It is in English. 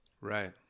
Right